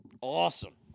Awesome